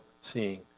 seeing